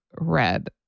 red